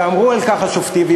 ואמרו השופטים,